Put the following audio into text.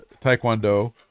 Taekwondo